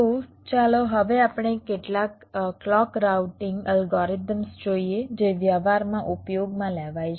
તો ચાલો હવે આપણે કેટલાક ક્લૉક રાઉટીંગ અલ્ગોરિધમ્સ જોઈએ જે વ્યવહારમાં ઉપયોગમાં લેવાય છે